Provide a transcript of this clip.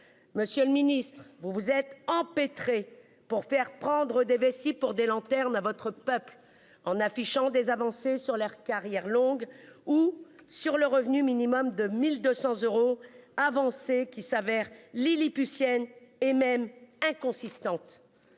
Monsieur le Ministre, vous vous êtes empêtrés pour faire prendre des vessies pour des lanternes à votre peuple en affichant des avancées sur leurs carrières longues ou sur le revenu minimum de 1200 euros avancée qui s'avère lilliputiennes et même inconsistante.